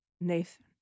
Nathan